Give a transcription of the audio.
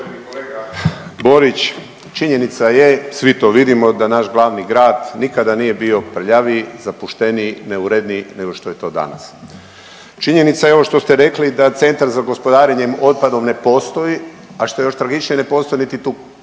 Uvaženi kolega Borić, činjenica je svi to vidimo da naš glavni grad nikada nije bio prljaviji, zapušteniji, neuredniji nego što je to danas. Činjenica je ovo što ste rekli da Centar za gospodarenje otpadom ne postoji, a što je još tragičnije ne postoji niti dokumentacija